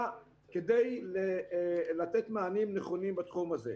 נועדו לתת מענה כדי לתת מענים נכונים בתחום הזה.